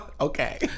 Okay